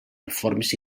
reformes